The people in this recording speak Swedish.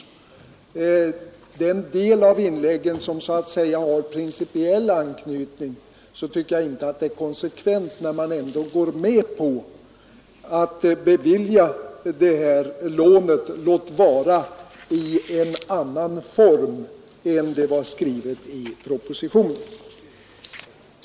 Jag tycker inte att en som har principiell anknytning är konsekvent man i de delar av inläg när man går med på att bevilja sådana lån, låt vara i en annan form än vad som angavs i propositionen.